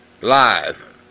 live